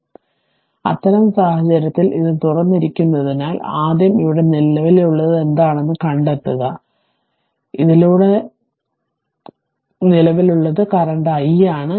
അതിനാൽ അത്തരം സാഹചര്യത്തിൽ ഇത് തുറന്നിരിക്കുന്നതിനാൽ ആദ്യം ഇവിടെ നിലവിലുള്ളത് എന്താണെന്ന് കണ്ടെത്തുക അതിനാൽ ഇതിലൂടെ നിലവിലുള്ളത് i ആണ്